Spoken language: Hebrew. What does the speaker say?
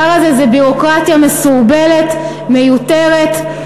זו ביורוקרטיה מסורבלת, מיותרת.